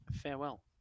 farewell